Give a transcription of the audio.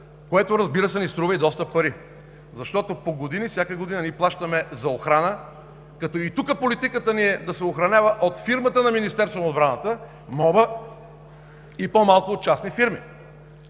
което, разбира се, ни струва и доста пари, защото по години, всяка година плащаме за охрана, като и тук политиката ни е да се охранява от фирмата на Министерството на отбраната и по-малко от частни фирми.